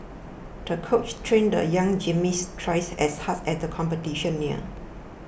the coach trained the young gymnast twice as has as the competition neared